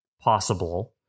Possible